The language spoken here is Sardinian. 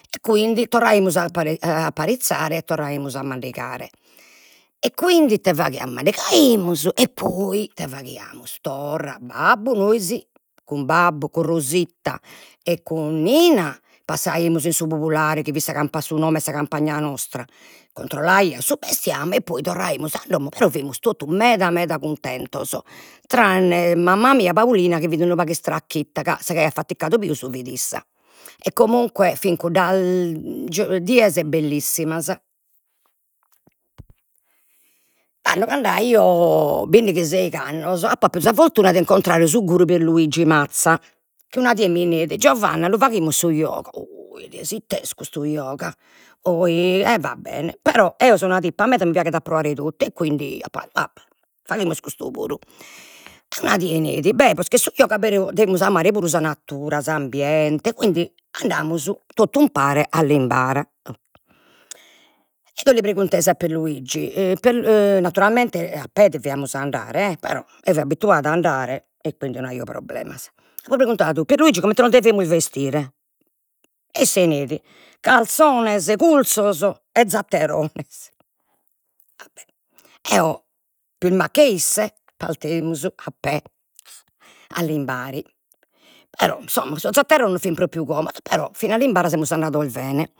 E quindi torraimus a a apparizzare e torraimus a mandigare, e quindi ite faghiamus, mandigaimus e poi ite faghiamus, torra, babbu nois, cun babbu, cun Rosita, e cun Nina passaimus in su Pubulare, chi fit sa su nome 'e sa campagna nostra, controllaiat su bestiamine e poi torraimus a domo, però fimus totu meda meda cuntentos, tranne mamma mia Paulina chi fit unu pagu istracchitta, ca sa chi aiat fatigadu pius fit issa, e comunque fin cuddas dies bellissimas. Tando cando aio bindighi seigh'annos ap'appidu sa fortuna de incontrare su guru Pierluigi Mazza, chi una die mi neit, Giovanna lu faghimus su yoga, nesi it'est custu yoga, e va bene, però eo so una tipa, meda, mi piaghet a proare totu, e quindi apo va bè, faghimus custu puru, una die neit, bè posca de su yoga devimus amare puru sa natura, s'ambiente e quindi andamus totu umpare a Limbara ed eo preguntesi a Pierluigi, Pie- naturalmente a pè deviamus andare e però, eo fio abituada a andare, e quindi no aio problemas, apo preguntadu, Pierluigi comente nos devimus bestire, e isse neit, carzones curzos e zatterones, va bè, eo pius macca 'e isse partemus a pè a Limbari, però sos zatterones non fin propriu comodos però fin'a Limbara semus andados bene